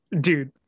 dude